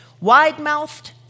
wide-mouthed